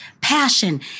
passion